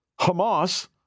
Hamas